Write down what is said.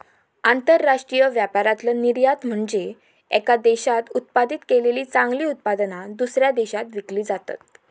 आंतरराष्ट्रीय व्यापारातला निर्यात म्हनजे येका देशात उत्पादित केलेली चांगली उत्पादना, दुसऱ्या देशात विकली जातत